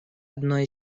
одно